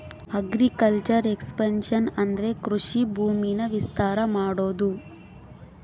agriculture expansion ಅಂದ್ರೆ ಕೃಷಿ ಭೂಮಿನ ವಿಸ್ತಾರ ಮಾಡೋದು